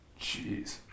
Jeez